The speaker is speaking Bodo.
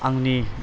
आंनि